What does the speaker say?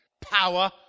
power